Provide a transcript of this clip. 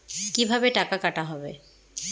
কিভাবে টাকা কাটা হবে?